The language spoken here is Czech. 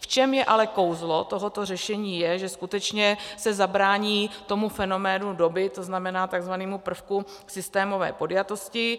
V čem je ale kouzlo tohoto řešení, je, že skutečně se zabrání fenoménu doby, to znamená takzvanému prvku systémové podjatosti.